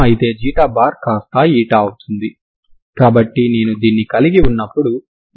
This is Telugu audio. ఇది పాజిటివ్ ఇంటిగ్రాండ్ కలిగిన ఇంటిగ్రల్ కాబట్టి ఇది 0 అయితే ఇంటిగ్రాండ్ 0 అవుతుంది సరేనా